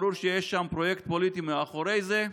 ברור שיש שם פרויקט פוליטי מאחורי זה.